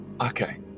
Okay